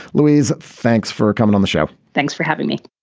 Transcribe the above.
louise, thanks for coming on the show. thanks for having me